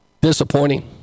Disappointing